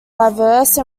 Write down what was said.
diverse